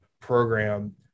program